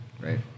right